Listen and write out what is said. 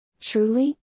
Truly